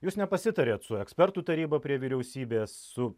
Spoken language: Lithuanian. jūs nepasitarėt su ekspertų taryba prie vyriausybės su